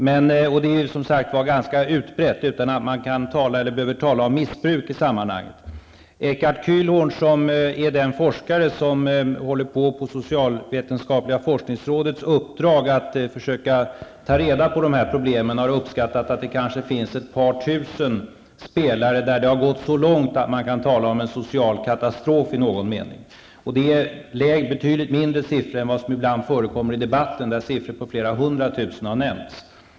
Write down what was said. Spelandet är ganska utbrett utan att man behöver tala om missbruk i sammanhanget. Eckart Kühlhorn, som är den forskare som på socialvetenskapliga forskningsrådets uppdrag försöker ta reda på detta, har uppskattat att det kanske finns ett par tusen spelare vilkas spel har gått så långt att man kan tala om en social katastrof i någon mening. Det är betydligt lägre siffror än som ibland förekommer i debatten, där siffror på flera hundra tusen har nämnts.